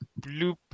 Bloop